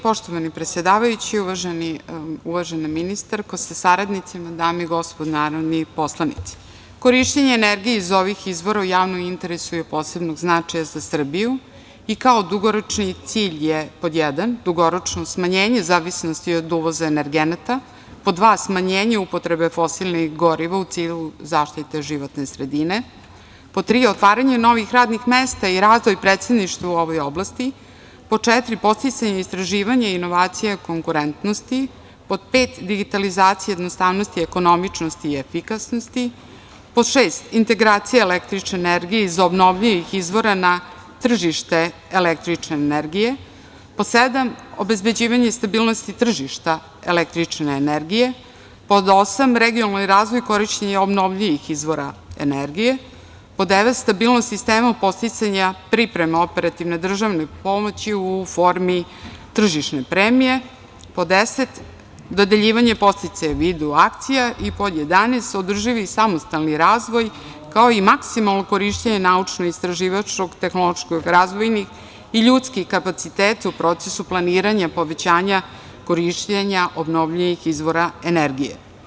Poštovani predsedavajući, uvažena ministarko sa saradnicima, dame i gospodo narodni poslanici, korišćenje energije iz ovih izvora u javnom interesu je od posebnog značaja za Srbiju i kao dugoročni cilj je: 1) dugoročno smanjenje u zavisnosti od uvoza energenata, 2) smanjenje upotrebe fosilnih goriva u cilju zaštite životne sredine, 3) otvaranje novih radnih mesta i razvoj preduzetništva u ovoj oblasti, 4) podsticanje istraživanja i inovacija konkurentnosti, 5) digitalizacija jednostavnosti, ekonomičnosti i efikasnosti, 6) integracija električne energije iz obnovljivih izvora na tržište električne energije, 7) obezbeđivanje stabilnosti tržišta električne energije, 8) regionalni razvoj korišćenja obnovljivih izvora energije, 9) stabilnost sistema u podsticanju pripreme operativne državne pomoći u formi tržišne premije, 10) dodeljivanje podsticaja u vidu akcija i 11) održivi i samostalni razvoj, kao i maksimalno korišćenje naučno-istraživačkog i tehnološkog razvoja i ljudskih kapaciteta u procesu planiranja povećanja korišćenja obnovljivih izvora energije.